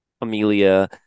Amelia